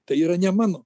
tai yra ne mano